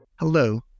Hello